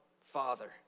Father